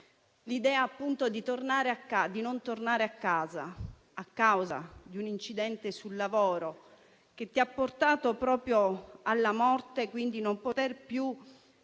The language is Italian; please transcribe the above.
L'idea di non tornare a casa a causa di un incidente sul lavoro che ha portato alla morte, e quindi non poter più